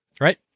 right